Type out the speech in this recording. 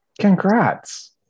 Congrats